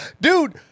Dude